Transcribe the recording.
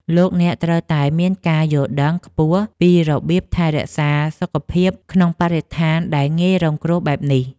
លោកអ្នកត្រូវតែមានការយល់ដឹងខ្ពស់ពីរបៀបថែរក្សាសុខភាពក្នុងបរិស្ថានដែលងាយរងគ្រោះបែបនេះ។